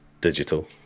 Digital